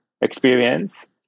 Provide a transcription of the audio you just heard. experience